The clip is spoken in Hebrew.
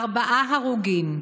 ארבעה הרוגים,